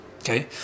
okay